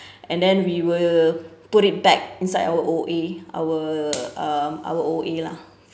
and then we will put it back inside our O_A our uh our O_A lah